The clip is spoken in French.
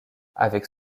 avec